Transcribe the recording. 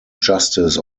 justice